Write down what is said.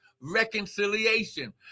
reconciliation